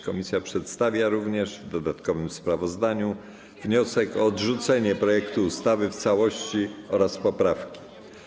Komisja przedstawia również w dodatkowym sprawozdaniu wniosek o odrzucenie projektu ustawy w całości oraz poprawki.